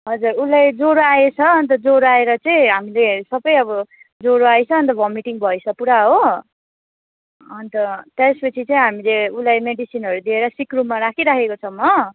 हजुर उसलाई ज्वरो आएछ अन्त ज्वरो आएर चाहिँ हामीले सबै अब ज्वरो आएछ अन्त भमिटिङ भएछ पुरा हो अन्त त्यसपछि चाहिँ हामीले उसलाई मेडिसिनहरू दिएर सिक रुममा राखिराखेको छौँ हो